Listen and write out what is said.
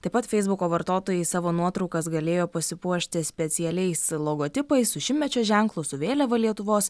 taip pat feisbuko vartotojai savo nuotraukas galėjo pasipuošti specialiais logotipais su šimtmečio ženklu su vėliava lietuvos